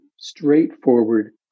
Straightforward